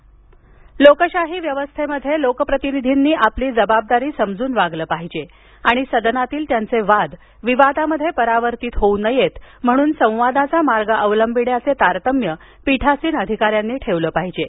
अधिकारी लोकशाही व्यवस्थेमध्ये लोकप्रतिनिधींनी आपली जबाबदारी समजून वागलं पाहिजे आणि सदनातील त्यांचे वाद विवादामध्ये परावर्तीत होऊ नयेत म्हणून संवादाचा मार्ग अवलंबिण्याचे तारतम्य पीठासीन अधिकाऱ्यांनी ठेवले पाहिजे